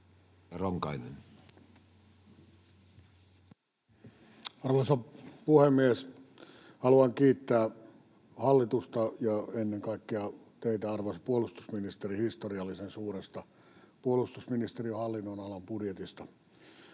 Arvoisa puhemies! Haluan kiittää hallitusta ja ennen kaikkea teitä, arvoisa puolustusministeri, historiallisen suuresta puolustusministeriön hallinnonalan budjetista.